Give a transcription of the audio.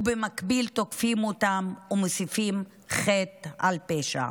ובמקביל, תוקפים אותם ומוסיפים חטא על פשע.